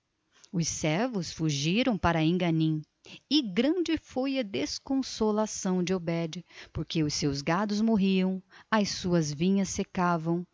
servos fugiram para enganim e grande foi a desconsolação de obed porque os seus gados morriam as suas vinhas secavam